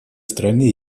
стране